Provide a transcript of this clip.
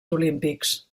olímpics